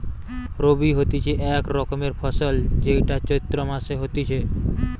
রবি হতিছে এক রকমের ফসল যেইটা চৈত্র মাসে হতিছে